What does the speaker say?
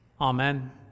Amen